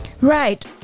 right